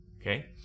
Okay